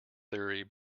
theory